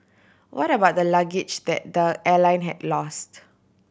what about the luggage that the airline had lost